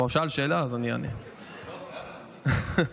בזכות ההאב שלו,